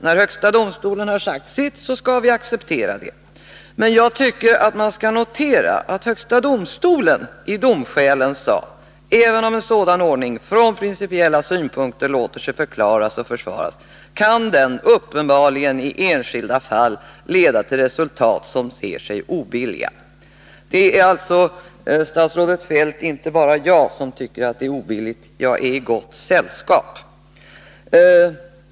När högsta domstolen har sagt sitt, måste vi acceptera det. Men, herr talman, jag tycker att man skall notera att HD i domskälen sade: ”Även om en sådan ordning från principiella synpunkter låter sig förklaras och försvaras, kan den uppenbarligen i enskilda fall leda till resultat som ter sig obilliga.” Det är alltså, statsrådet Feldt, inte bara jag som tycker det är obilligt — jag är i gott sällskap.